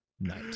night